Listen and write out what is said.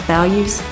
Values